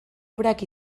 obrak